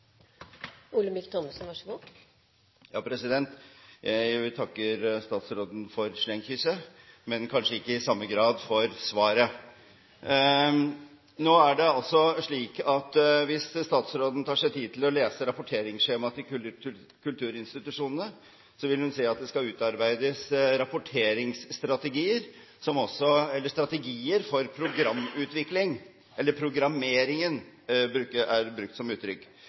Jeg takker statsråden for slengkysset, men kanskje ikke i samme grad for svaret. Hvis statsråden tar seg tid til å lese rapporteringsskjemaet til kulturinstitusjonene, vil hun se at det skal utarbeides strategier for programutvikling – eller for «programmeringen», som er et uttrykk som er brukt. Hvor fri er man som